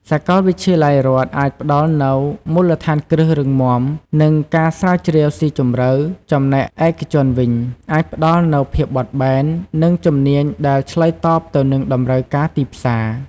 សាកលវិទ្យាល័យរដ្ឋអាចផ្ដល់នូវមូលដ្ឋានគ្រឹះរឹងមាំ និងការស្រាវជ្រាវស៊ីជម្រៅ ចំណែកឯកជនវិញអាចផ្ដល់នូវភាពបត់បែន និងជំនាញដែលឆ្លើយតបទៅនឹងតម្រូវការទីផ្សារ។